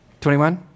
21